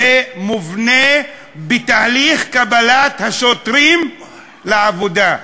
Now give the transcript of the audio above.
זה מובנה בתהליך קבלת השוטרים לעבודה.